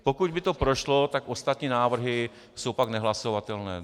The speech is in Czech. Pokud by to prošlo, tak ostatní návrhy jsou pak nehlasovatelné.